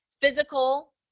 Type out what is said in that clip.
physical